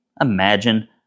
Imagine